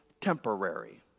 temporary